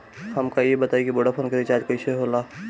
हमका ई बताई कि वोडाफोन के रिचार्ज कईसे होला?